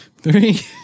Three